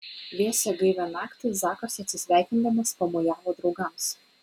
vėsią gaivią naktį zakas atsisveikindamas pamojavo draugams